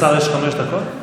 לשר יש חמש דקות?